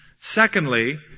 Secondly